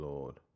Lord